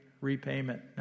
repayment